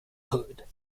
hood